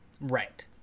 Right